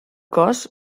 cos